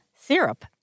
syrup